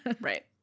right